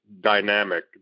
dynamic